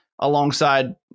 alongside